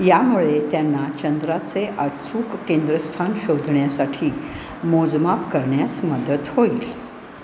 यामुळे त्यांना चंद्राचे अचूक केंद्रस्थान शोधण्यासाठी मोजमाप करण्यास मदत होईल